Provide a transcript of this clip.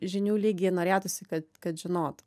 žinių lygį norėtųsi kad kad žinotų